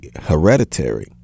hereditary